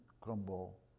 crumble